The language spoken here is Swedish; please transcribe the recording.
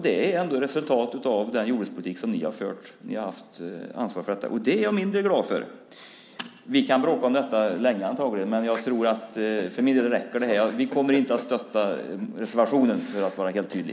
Det är ändå resultatet av den jordbrukspolitik som ni har fört. Ni har haft ansvaret för detta. Det är jag mindre glad för. Vi kan antagligen bråka länge om detta, men för min del räcker det här. Vi kommer inte att stödja reservationen, för att vara helt tydlig.